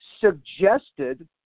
suggested